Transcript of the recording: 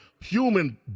human